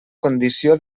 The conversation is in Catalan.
condició